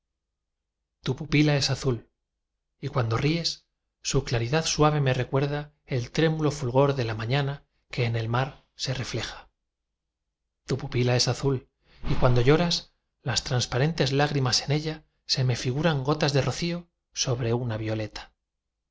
tu pupila es azul y cuando ríes su claridad suave me recuerda el trémulo fulgor de la mañana que en el mar se refleja tu pupila es azul y cuando lloras las transparentes lágrimas en ella se me figuran gotas de rocío sobre una violeta